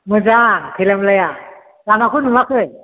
मोजां खैला मैलाया लामाखौ नुआखै